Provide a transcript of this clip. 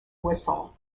whistle